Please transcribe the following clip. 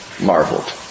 marveled